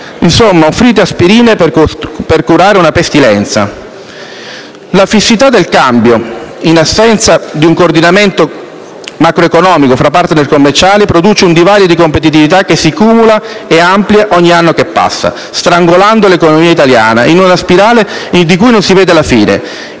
Insomma, offrite aspirine per curare una pestilenza! La fissità del cambio, in assenza di un coordinamento macroeconomico fra *partner* commerciali, produce un divario di competitività che si cumula e amplia ogni anno che passa, strangolando l'economia italiana in una spirale di cui non si vede la fine.